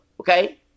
Okay